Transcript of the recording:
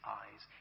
eyes